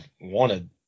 wanted